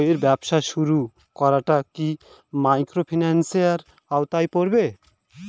বইয়ের ব্যবসা শুরু করাটা কি মাইক্রোফিন্যান্সের আওতায় পড়বে?